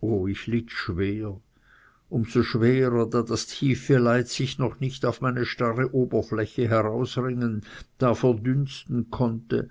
o ich litt schwer um so schwerer da das tiefe leid sich noch nicht auf meine starre oberfläche herausringen da verdunsten konnte